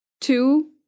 two